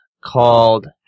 called